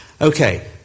Okay